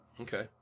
Okay